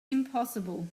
impossible